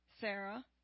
Sarah